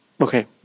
okay